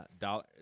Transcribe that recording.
dollar